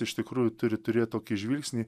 iš tikrųjų turi turėt tokį žvilgsnį